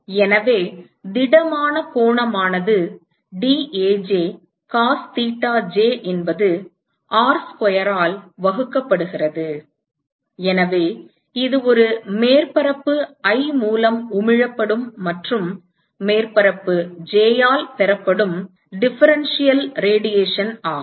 எனவே திடமான கோணமானது dAj cos thetaj என்பது R ஸ்கொயர் ஆல் வகுக்கப்படுகிறது எனவே இது ஒரு மேற்பரப்பு i மூலம் உமிழப்படும் மற்றும் மேற்பரப்பு j ஆல் பெறப்படும் டிஃபரண்டியல் கதிர்வீச்சு ஆகும்